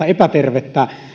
epäterveitä